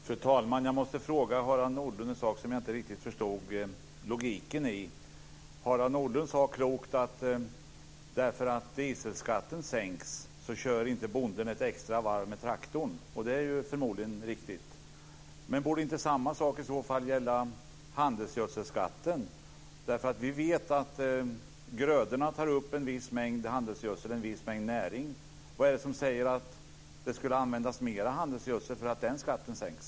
Fru talman! Jag måste fråga Harald Nordlund en sak som jag inte riktigt förstod logiken i. Harald Nordlund sade klokt att bonden inte kör ett extra varv med traktorn bara för att dieselskatten sänks, och det är förmodligen riktigt. Men borde inte samma sak i så fall gälla skatten på handelsgödsel? Vi vet att grödorna tar upp en viss mängd handelsgödsel och en viss mängd näring. Vad är det som säger att det skulle användas mer handelsgödsel bara för att den skatten sänks?